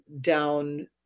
down